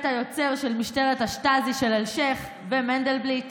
היוצר של משטרת השטאזי של אלשיך ומנדלבליט,